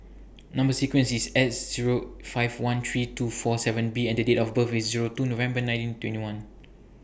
Number sequence IS S Zero five one three two four seven B and Date of birth IS Zero two November nineteen twenty one